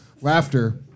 Laughter